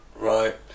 Right